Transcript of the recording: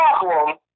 problem